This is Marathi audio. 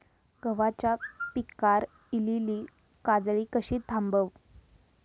गव्हाच्या पिकार इलीली काजळी कशी थांबव?